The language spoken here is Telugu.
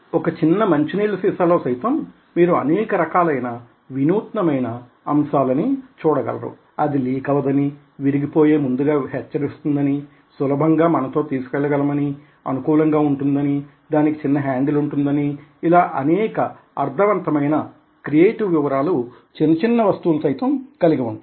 ఒక చిన్న మంచినీళ్ల సీసా లో సైతం మీరు అనేక రకాలైన వినూత్నమైన అంశాలని చూడగలరు అది లీక్ అవ్వదని విరిగిపోయే ముందుగా హెచ్చరిస్తుంది అని సులభంగా మనతో తీసుకువెళ్ళగలమని అనుకూలంగా ఉంటుందని దానికి చిన్న హ్యాండిల్ ఉంటుందని ఇలా అనేక అర్థవంతమైన క్రియేటివ్ వివరాలు చిన్న వస్తువులు సైతం కలిగి ఉంటాయి